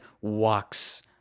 walks